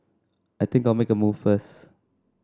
I think I'll make a move first